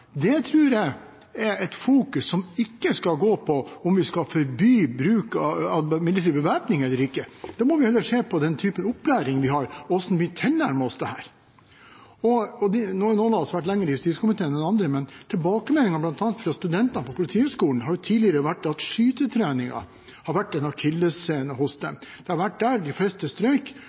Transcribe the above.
Det tror jeg er et fokus som ikke skal dreie seg om hvorvidt vi skal forby midlertidig bevæpning eller ikke. Da må vi heller se på den opplæringen vi har, og hvordan vi tilnærmer oss dette. Nå har noen av oss vært lenger i justiskomiteen enn andre, men tilbakemeldingene bl.a. fra studentene på Politihøgskolen har tidligere vært at skytetreningen har vært en akillessene for dem. Det var der de fleste strøk.